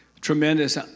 Tremendous